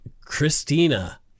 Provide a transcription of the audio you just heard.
Christina